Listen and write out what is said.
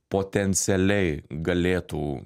potencialiai galėtų